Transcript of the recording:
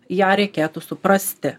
ją reikėtų suprasti